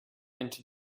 into